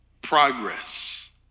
Progress